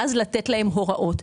ואז לתת להם הוראות.